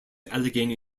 allegheny